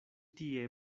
tie